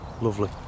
Lovely